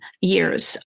years